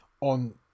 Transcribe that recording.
on